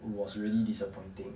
was really disappointing